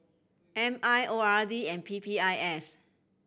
M I O R D and P P I S